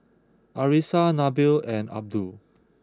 Arissa Nabil and Abdul